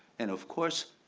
and of course,